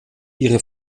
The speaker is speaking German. ihre